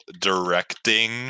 directing